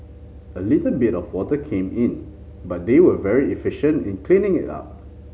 a little bit of water came in but they were very efficient in cleaning it up